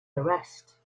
arrest